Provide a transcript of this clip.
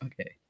Okay